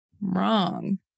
Wrong